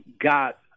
got